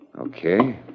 Okay